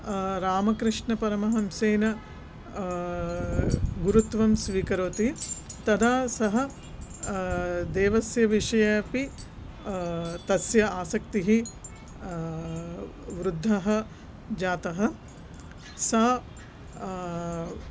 रामकृष्णपरमहंसेन गुरुत्वं स्वीकरोति तदा सः देवस्य विषये अपि तस्य आसक्तिः वृद्धः जातः सः